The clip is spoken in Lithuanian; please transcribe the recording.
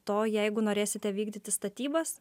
to jeigu norėsite vykdyti statybas